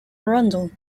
arundel